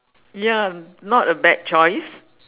ya not a bad choice